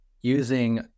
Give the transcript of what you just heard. Using